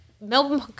Melbourne